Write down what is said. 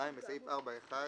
(2)בסעיף 4(1)